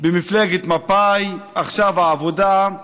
במפלגת מפא"י, עכשיו העבודה.